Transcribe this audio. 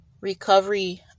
recovery